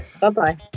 Bye-bye